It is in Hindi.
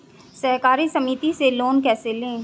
सहकारी समिति से लोन कैसे लें?